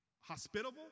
Hospitable